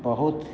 बहुत